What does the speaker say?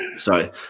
Sorry